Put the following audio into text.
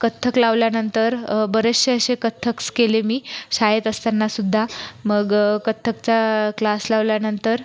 कथ्थक लावल्यानंतर बरेचसे असे कथ्थक्स केले मी शाळेत असतानासुद्धा मग कथ्थकचा क्लास लावल्यानंतर